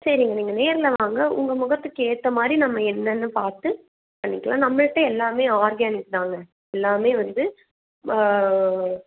சரிங்க நீங்கள் நேரில் வாங்க உங்கள் முகத்துக்கு ஏற்றமாரி நம்ம என்னென்று பார்த்து பண்ணிக்கலாம் நம்மள்கிட்ட எல்லாமே ஆர்கானிக் தாங்க எல்லாமே வந்து